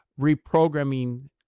reprogramming